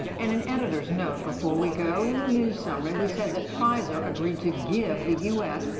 and an editor's note before we go. in the news summary, we said that pfizer agreed to give the u s.